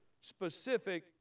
specific